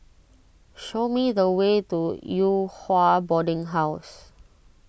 show me the way to Yew Hua Boarding House